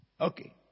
Okay